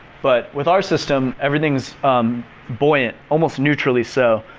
but, with our system, everything's buoyant. almost neutrally so.